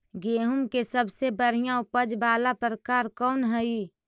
गेंहूम के सबसे बढ़िया उपज वाला प्रकार कौन हई?